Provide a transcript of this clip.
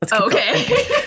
okay